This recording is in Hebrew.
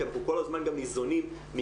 כי אנחנו כל הזמן גם ניזונים מכל